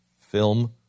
film